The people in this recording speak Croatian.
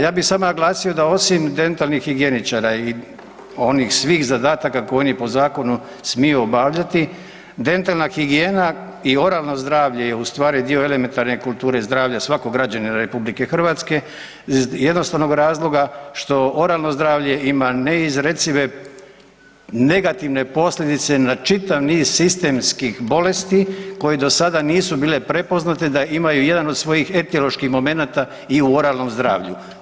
Ja bi samo naglasio da osim dentalnih higijeničara i onih svih zadataka koje oni po zakonu smiju obavljati, dentalna higijena i oralno zdravlje je u stvari dio elementarne kulture zdravlja svakog građanina RH iz jednostavnog razloga što oralno zdravlje ima neizrecive negativne posljedice na čitav niz sistemskih bolesti koje do sada nisu bile prepoznate da imaju jedan od svojih etiloških momenata i u oralnom zdravlju.